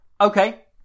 Okay